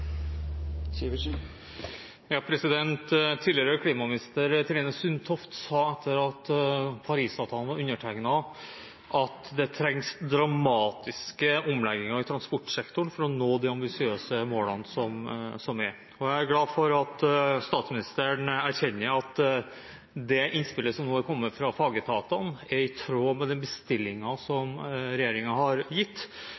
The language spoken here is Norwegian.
Sivertsen – til oppfølgingsspørsmål. Tidligere klimaminister Tine Sundtoft sa etter at Paris-avtalen var undertegnet at det trengs dramatiske omlegginger i transportsektoren for å nå de ambisiøse målene som er. Og jeg er glad for at statsministeren erkjenner at det innspillet som nå er kommet fra fagetatene, er i tråd med den